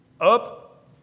up